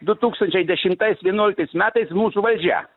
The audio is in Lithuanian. du tūkstančiai dešimtais vienuoliktais metais mūsų valdžia